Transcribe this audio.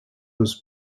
was